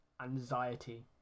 anxiety